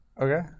Okay